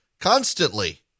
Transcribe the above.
constantly